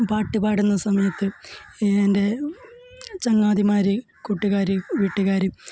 പാട്ടുപാടുന്ന സമയത്ത് എന്റെ ചങ്ങാതിമാർ കൂട്ടുകാർ വീട്ടുകാർ